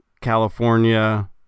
California